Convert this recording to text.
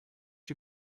too